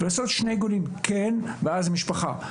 ולעשות שני עיגולים, "כן", ואז משפחה.